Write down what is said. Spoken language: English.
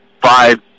five